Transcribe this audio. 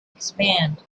expand